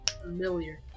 Familiar